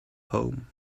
home